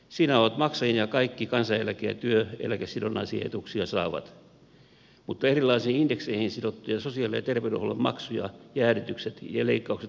siinä ovat maksajia kaikki kansaneläke ja työeläkesidonnaisia etuuksia saavat mutta erilaisiin indekseihin sidottuja sosiaali ja terveydenhuollon maksuja jäädytykset ja leikkaukset eivät koske